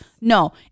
No